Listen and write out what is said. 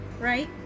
right